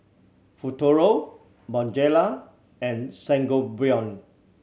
Futuro Bonjela and Sangobion